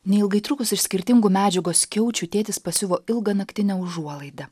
neilgai trukus iš skirtingų medžiagos skiaučių tėtis pasiuvo ilgą naktinę užuolaidą